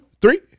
three